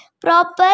proper